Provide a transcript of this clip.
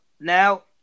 now